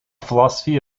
philosophy